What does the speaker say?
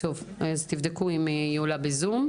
תבדקו אם היא בזום.